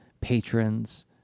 patrons